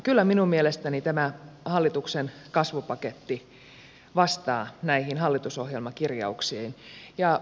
kyllä minun mielestäni tämä hallituksen kasvupaketti vastaa näihin hallitusohjelmakirjauksiin